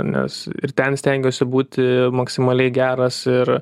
nes ir ten stengiuosi būti maksimaliai geras ir